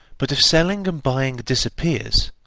but if selling and buying disappears,